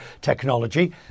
technology